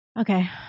okay